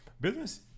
business